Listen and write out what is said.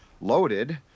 loaded